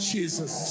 Jesus